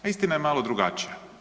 A istina je malo drugačija.